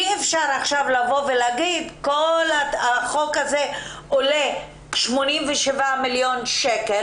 אי אפשר להגיד שכל החוק הזה עולה 87 מיליון שקל,